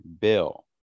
Bill